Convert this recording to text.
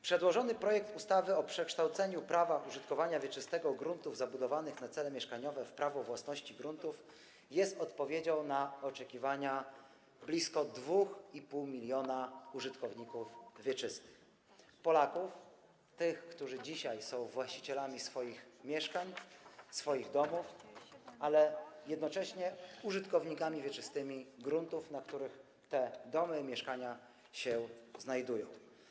Przedłożony projekt ustawy o przekształceniu prawa użytkowania wieczystego gruntów zabudowanych na cele mieszkaniowe w prawo własności gruntów jest odpowiedzią na oczekiwania blisko 2,5 mln użytkowników wieczystych, Polaków, tych, którzy dzisiaj są właścicielami swoich mieszkań, swoich domów, ale jednocześnie są użytkownikami wieczystymi gruntów, na których te domy i mieszkania się znajdują.